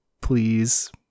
please